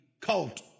cult